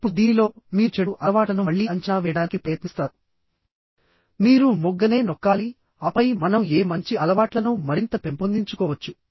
ఇప్పుడు దీనిలోమీరు చెడు అలవాట్లను మళ్లీ అంచనా వేయడానికి ప్రయత్నిస్తారు మీరు మొగ్గనే నొక్కాలిఆపై మనం ఏ మంచి అలవాట్లను మరింత పెంపొందించుకోవచ్చు